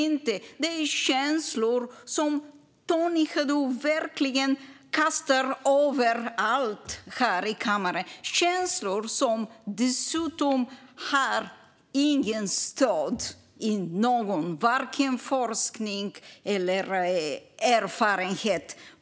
Det är känslor som Tony Haddou kastar överallt här i kammaren, känslor som dessutom inte har stöd i någon forskning eller erfarenhet.